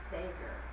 Savior